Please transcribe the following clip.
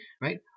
right